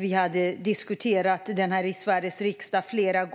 Vi har flera gånger i Sveriges riksdag diskuterat